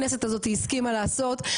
הכנסת הזאתי הסכימה לעשות,